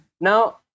Now